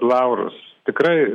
laurus tikrai